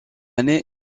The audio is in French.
année